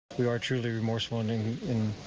we are truly remorseful in in